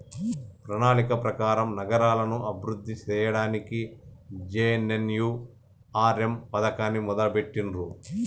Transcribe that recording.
ప్రణాళిక ప్రకారం నగరాలను అభివృద్ధి సేయ్యడానికి జే.ఎన్.ఎన్.యు.ఆర్.ఎమ్ పథకాన్ని మొదలుబెట్టిర్రు